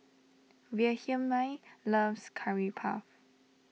Wilhelmine loves Curry Puff